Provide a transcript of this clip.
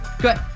Good